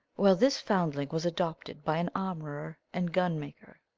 well, this foundling was adopted by an armorer and gun-maker.